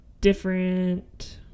different